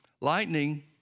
Lightning